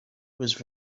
whose